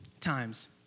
times